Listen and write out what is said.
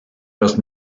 раз